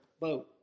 boat